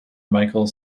michele